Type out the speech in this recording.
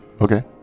Okay